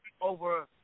over